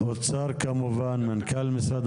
ומנכ"ל משרד